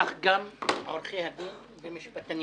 כך גם עורכי הדין ומשפטנים.